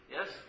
Yes